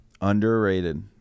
underrated